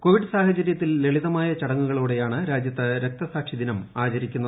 Covid സാഹചര്യത്തിൽ ലളിതമായ ചടങ്ങുകളോടെയാണ് രാജ്യത്ത് രക്തസാക്ഷിദിനം ആചരിക്കുന്നത്